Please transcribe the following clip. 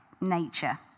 nature